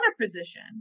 position